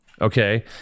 okay